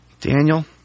Daniel